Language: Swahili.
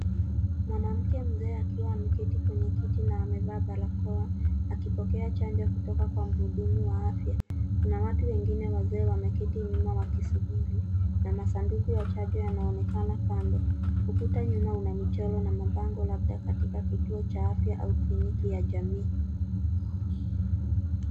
Mwanamke mzee akiwa ameketi kwenye kiti na amevaa barakoa akipokea chanjo kutoka kwa mhudumu wa afya. Kuna watu wengine wazee wameketi nyuma wakisubiri na masanduku ya chanjo yanaonekana kando. Ukuta nyuma una michoro na mabango labda katika kituo cha afya ama kliniki ya jamii.